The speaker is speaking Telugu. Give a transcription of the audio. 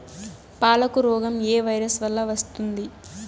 పాలకు రోగం ఏ వైరస్ వల్ల వస్తుంది?